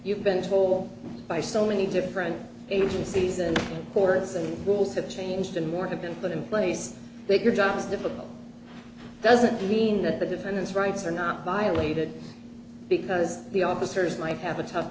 you've been whole by so many different agencies and boards and rules have changed and more have been put in place bigger job is difficult doesn't mean that the defendant's rights are not violated because the officers might have a tough